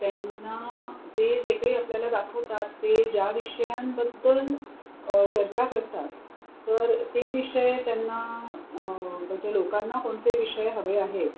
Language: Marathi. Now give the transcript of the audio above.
त्यांना ते जे काही आपल्याला दाखवतात ते ज्या विषयांबद्दल चर्चा करतात तर ते विषय त्यांना म्हणजे लोकांना कोणते विषय हवे आहेत